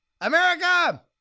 America